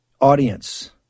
audience